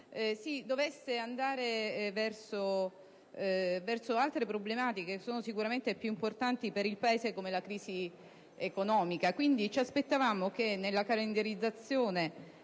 si dovesse passare all'esame di altre problematiche sicuramente più importanti per il Paese, come la crisi economica. Quindi, ci aspettavamo che nella calendarizzazione